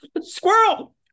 squirrel